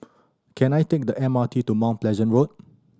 can I take the M R T to Mount Pleasant Road